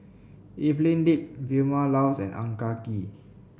Evelyn Lip Vilma Laus and Ang Ah Tee